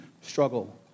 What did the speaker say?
struggle